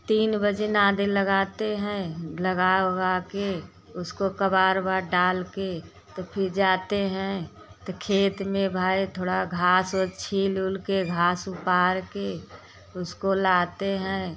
तीन बजे नादी लगाते हैं लगा वुगा कर उसको कबार वा डाल कर तो फिर जाते हैं तो खेत में भाई थोड़ा घास छिल वुल कर घास उपाड़ कर उसको लाते हैं